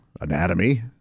anatomy